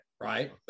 right